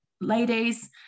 ladies